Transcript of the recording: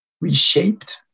reshaped